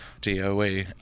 DOE